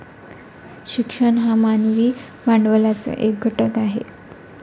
शिक्षण हा मानवी भांडवलाचा एक घटक आहे